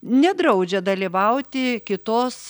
nedraudžia dalyvauti kitos